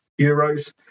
euros